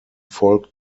volk